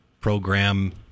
program